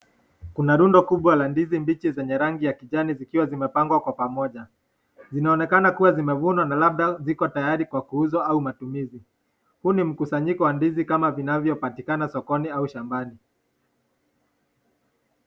Kuna rundo kubwa la ndizi mbichi zenye rangi ya kijani zikiwa zimepangwa kwa pamoja. Zinaonekana kuwa zimevunwa na labda ziko tayari kwa kuuzwa au matumizi. Huu ni mkusanyiko wa ndizi kama zinavyopatikana sokoni au shambani.